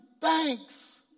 thanks